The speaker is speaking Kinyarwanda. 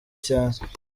cyane